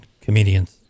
comedians